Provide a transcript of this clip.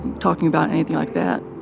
talking about anything like that.